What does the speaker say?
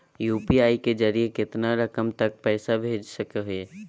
UPI के जरिए कितना रकम तक पैसा भेज सको है?